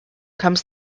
comes